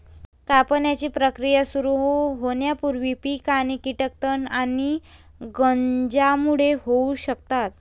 कापणीची प्रक्रिया सुरू होण्यापूर्वी पीक आणि कीटक तण आणि गंजांमुळे होऊ शकतात